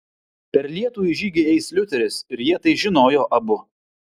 per lietų į žygį eis liuteris ir jie tai žinojo abu